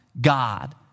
God